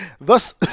Thus